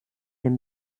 dem